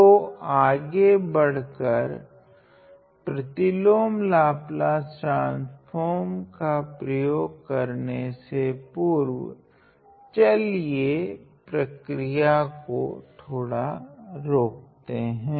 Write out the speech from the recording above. तो आगे बढ़ कर प्रतिलोम लाप्लास ट्रान्स्फ़ोर्म का प्रयोग करने से पूर्व चलिए प्रक्रिया को थोड़ा रोकते हैं